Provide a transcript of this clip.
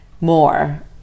more